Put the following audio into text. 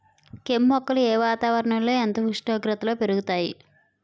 కెమ్ మొక్కలు ఏ వాతావరణం ఎంత ఉష్ణోగ్రతలో పెరుగుతాయి?